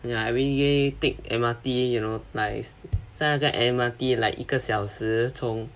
and ya every day take M_R_T you know like 上次在 M_R_T like 一个小时从